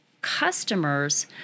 customers